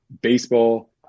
baseball